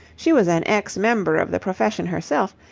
she was an ex-member of the profession herself,